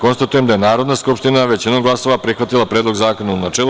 Konstatujem da je Narodna skupština većinom glasova prihvatila Predlog zakona, u načelu.